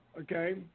okay